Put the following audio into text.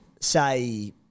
say